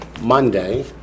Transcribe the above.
Monday